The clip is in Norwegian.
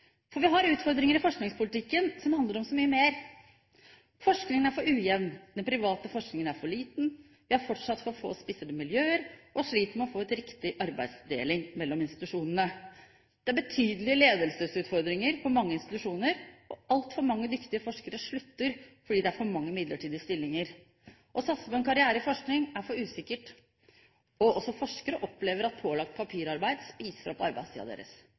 Vi har utfordringer i forskningspolitikken som handler om så mye mer: Forskningen er for ujevn, den private forskningen er for liten, vi har fortsatt for få spissede miljøer, og vi sliter med å få til riktig arbeidsdeling mellom institusjonene. Det er betydelige ledelsesutfordringer på mange institusjoner, og altfor mange dyktige forskere slutter fordi det er for mange midlertidige stillinger. Å satse på en karriere i forskning er for usikkert. Også forskere opplever at pålagt papirarbeid spiser opp arbeidstiden deres.